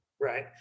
Right